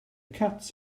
cats